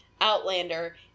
Outlander